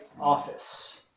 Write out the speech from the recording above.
office